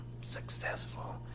successful